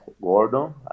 Gordon